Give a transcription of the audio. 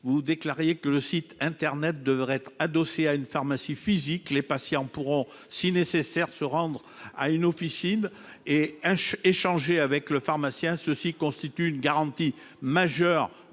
vous déclariez que « le site internet étant adossé à une pharmacie physique, les patients pourront si nécessaire se rendre dans une officine et échanger avec un pharmacien. Ceci constitue une garantie majeure